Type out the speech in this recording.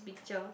picture